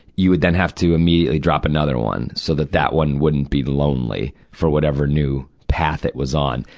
you would then have to immediately drop another one so that that one wouldn't be lonely for whatever new path it was on.